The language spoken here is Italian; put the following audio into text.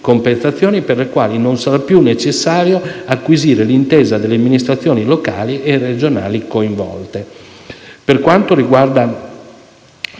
compensazioni per le quali non sarà più necessario acquisire l'intesa delle amministrazioni locali e regionali coinvolte.